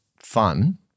fun